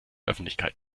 öffentlichkeit